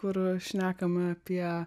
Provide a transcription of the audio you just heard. kur šnekama apie